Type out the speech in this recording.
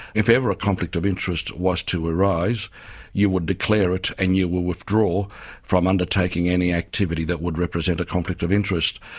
if ever a conflict of interest was to arise you would declare it and you would withdraw from undertaking any activity that would represent a conflict of interest.